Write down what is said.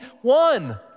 one